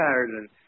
Ireland